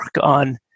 on